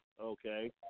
Okay